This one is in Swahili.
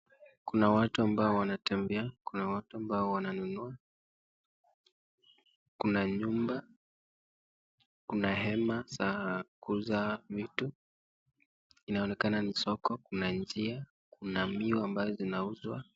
Kuna watu ambao wanatembea, kuna watu ambao wananunua kuna nyumba, kuna hema za kuuza vitu inaonekana ni soko na ni njia Kuna miwa ambazo zinauzswa.